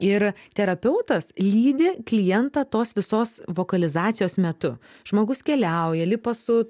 ir terapeutas lydi klientą tos visos vokalizacijos metu žmogus keliauja lipa su